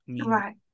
right